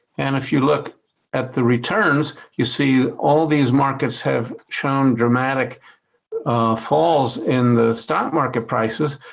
and if you look at the returns, you see all these markets have shown dramatic falls in the stock market prices,